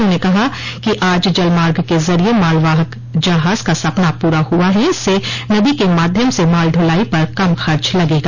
उन्होंने कहा कि आज जल मार्ग के जरिये माल वाहक जहाज का सपना पूरा हुआ है इससे नदी के माध्यम से माल ढुलाई पर कम खर्च लगेगा